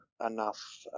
enough